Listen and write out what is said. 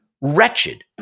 wretched